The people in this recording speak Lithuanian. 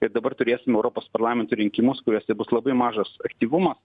ir dabar turėsim europos parlamento rinkimus kuriuose bus labai mažas aktyvumas